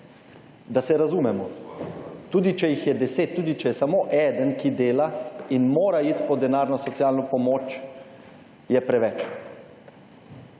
Da se razumemo. Tudi če jih je deset, tudi če je samo eden, ki dela in mora iti po denarno socialno pomoč, je preveč.